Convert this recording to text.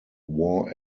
war